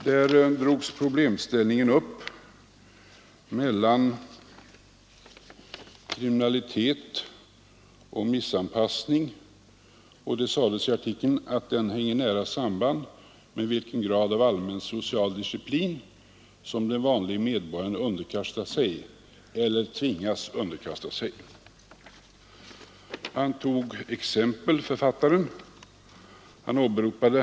Där behandlas problemet kriminalitet och missanpassning. I artikeln sägs: ”Kriminalitet och missanpassning hänger nära ihop med vilken grad av allmän social disciplin som den vanlige medborgaren underkastar sig eller tvingas underkasta sig.” Författaren ger exempel och åberopar vad brottskommissionen sagt.